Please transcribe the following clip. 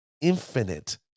infinite